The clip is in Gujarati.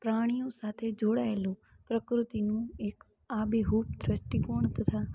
પ્રાણીઓ સાથે જોડાયેલુ પ્રકૃતિનું એક આબેહૂબ દૃષ્ટિકોણ તથા